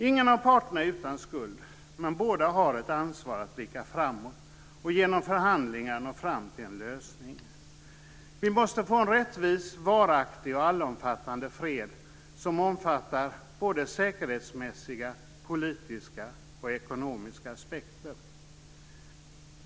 Ingen av parterna är utan skuld, men båda har ett ansvar att blicka framåt och genom förhandlingar nå fram till en lösning. Vi måste få en rättvis, varaktig och allomfattande fred som omfattar både säkerhetsmässiga, politiska och ekonomiska aspekter.